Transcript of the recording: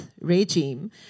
regime